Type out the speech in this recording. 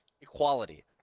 equality